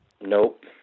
nope